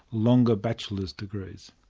longer bachelor degrees.